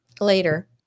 later